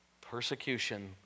Persecution